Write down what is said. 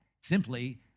simply